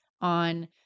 on